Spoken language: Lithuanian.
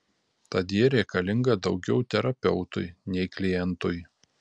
tad ji reikalinga daugiau terapeutui nei klientui